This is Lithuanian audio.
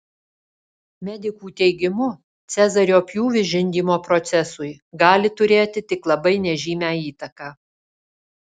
medikų teigimu cezario pjūvis žindymo procesui gali turėti tik labai nežymią įtaką